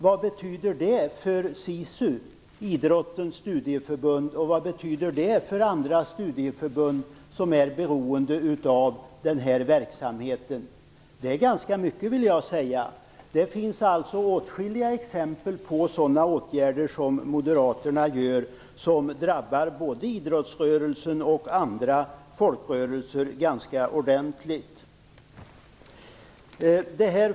Vad betyder det för SISU - idrottens studieförbund - och för andra studieförbund som är beroende av den verksamheten? Det betyder ganska mycket, skulle jag vilja säga. Det finns alltså åtskilliga exempel på åtgärder som moderaterna vill vidta som drabbar både idrottsrörelsen och andra folkrörelser ganska ordentligt.